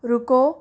रुको